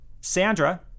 Sandra